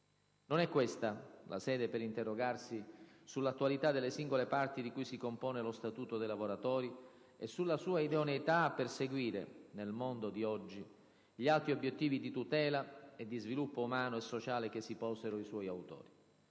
Non è questa la sede per interrogarsi sull'attualità delle singole parti di cui si compone lo Statuto dei lavoratori, e sulla sua idoneità a perseguire - nel mondo di oggi - gli alti obiettivi di tutela e di sviluppo umano e sociale che si posero i suoi autori.